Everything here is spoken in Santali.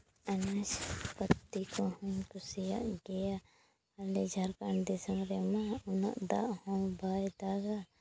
ᱟᱱᱟᱡᱽ ᱯᱟᱛᱤ ᱠᱚᱦᱚᱸᱧ ᱠᱩᱥᱤᱭᱟᱜ ᱜᱮᱭᱟ ᱟᱞᱮ ᱡᱷᱟᱨᱠᱷᱚᱸᱰ ᱫᱤᱥᱚᱢ ᱨᱮᱢᱟ ᱩᱱᱟᱹᱜ ᱫᱟᱜ ᱦᱚᱸ ᱵᱟᱭ ᱫᱟᱜᱟ